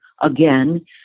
again